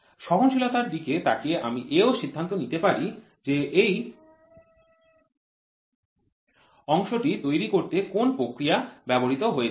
সহনশীলতার দিকে তাকিয়ে আমি এও সিদ্ধান্ত নিতে পারি যে এই অংশটি তৈরি করতে কোন প্রক্রিয়া ব্যবহৃত হয়েছিল